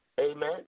Amen